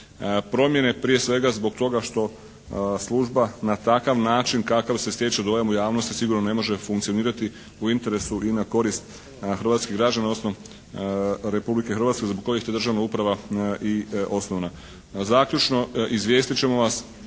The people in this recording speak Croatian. promjene, prije svega zbog toga što služba na takav način kakav se stječe dojam u javnosti sigurno ne može funkcionirati u interesu i na korist hrvatskih građana odnosno Republike Hrvatske zbog kojih je ta državna uprava i osnovana. Zaključno, izvijestit ćemo vas